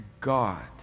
God